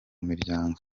miryango